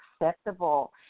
acceptable